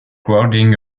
crowding